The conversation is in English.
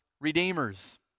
redeemers